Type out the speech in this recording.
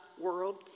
world